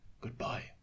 Goodbye